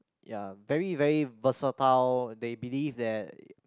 ya very very versatile they believe that